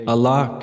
Allah